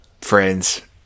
friends